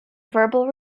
verbal